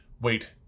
wait